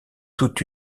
tout